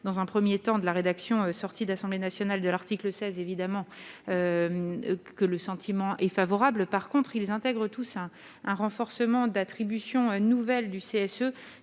dans un 1er temps de la rédaction, sorti de l'Assemblée nationale, de l'article 16, évidemment que le sentiment est favorable, par contre ils intègrent tout ça un renforcement d'attribution nouvelles du CSE,